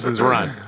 run